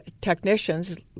technicians